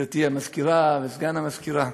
גברתי המזכירה, וסגן המזכירה,